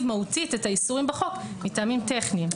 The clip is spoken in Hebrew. מהותית את האיסורים בחוק מטעמים טכניים.